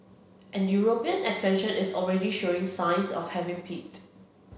and European expansion is already showing signs of having peaked